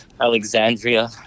Alexandria